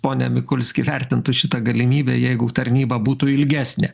pone mikulski vertintų šitą galimybę jeigu tarnyba būtų ilgesnė